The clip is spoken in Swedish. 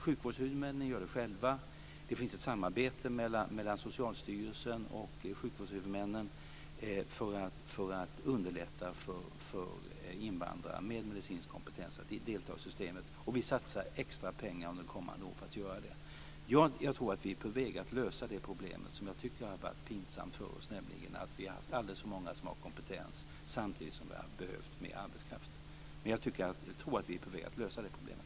Sjukvårdshuvudmännen gör det själva, det finns ett samarbete mellan Socialstyrelsen och sjukvårdshuvudmännen för att underlätta för invandrare med medicinsk kompetens att delta i systemet och vi satsar extra pengar under kommande år för att göra detta. Jag tror att vi är på väg att lösa det problemet. Jag tycker att det har varit pinsamt för oss att vi har haft alldeles för många som har kompetens samtidigt som vi har behövt mer arbetskraft. Men jag tror att vi är på väg att lösa det problemet.